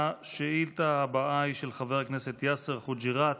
השאילתה הבאה היא של חבר הכנסת יאסר חוג'יראת,